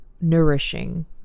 nourishing